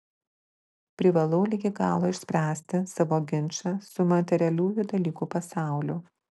privalau ligi galo išspręsti savo ginčą su materialiųjų dalykų pasauliu